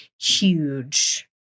huge